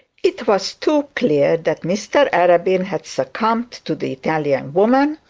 it was too clear that mr arabin had succumbed to the italian woman,